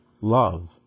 love